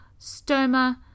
stoma